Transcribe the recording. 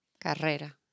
Carrera